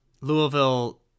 Louisville